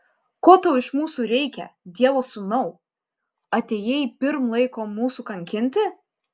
ko tau iš mūsų reikia dievo sūnau atėjai pirm laiko mūsų kankinti